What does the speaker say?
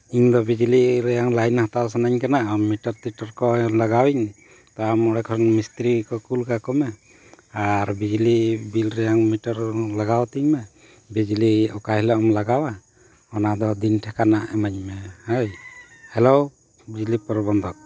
ᱤᱧᱫᱚ ᱵᱤᱡᱽᱞᱤ ᱨᱮᱭᱟᱝ ᱞᱟᱭᱤᱱ ᱦᱟᱛᱟᱣ ᱥᱟᱱᱟᱧ ᱠᱟᱱᱟ ᱟᱢ ᱢᱤᱴᱟᱨ ᱛᱤᱴᱟᱨ ᱠᱚ ᱞᱟᱜᱟᱣᱟᱹᱧ ᱛᱚ ᱟᱢ ᱚᱸᱰᱮ ᱠᱷᱚᱱ ᱢᱤᱥᱛᱨᱤ ᱠᱚ ᱠᱳᱞ ᱠᱟᱠᱚᱢᱮ ᱟᱨ ᱵᱤᱡᱽᱞᱤ ᱵᱤᱞ ᱨᱮᱭᱟᱝ ᱢᱤᱴᱟᱨ ᱞᱟᱜᱟᱣ ᱛᱤᱧ ᱢᱮ ᱵᱤᱡᱽᱞᱤ ᱚᱠᱟ ᱦᱤᱞᱳᱜ ᱮᱢ ᱞᱟᱜᱟᱣᱟ ᱚᱱᱟ ᱫᱚ ᱫᱤᱱ ᱴᱷᱟᱠᱟᱱᱟ ᱮᱢᱟᱹᱧ ᱢᱮ ᱦᱳᱭ ᱦᱮᱞᱳ ᱵᱤᱡᱽᱞᱤ ᱯᱨᱚᱵᱚᱱᱫᱚᱠ